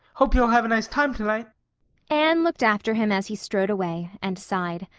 hope you'll have a nice time tonight. anne looked after him as he strode away, and sighed.